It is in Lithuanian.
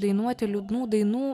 dainuoti liūdnų dainų